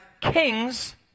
kings